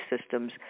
systems